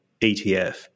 ETF